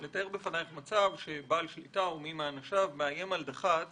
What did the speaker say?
לתאר בפנייך מצב שבעל שליטה או מי מאנשיו מאיים על דח"צ